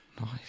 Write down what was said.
Nice